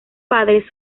padres